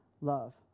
love